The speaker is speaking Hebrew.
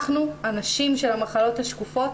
אנחנו האנשים של המחלות השקופות,